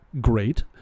great